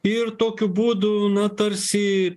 ir tokiu būdu na tarsi